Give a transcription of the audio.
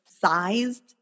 sized